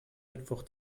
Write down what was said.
mittwoch